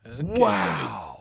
Wow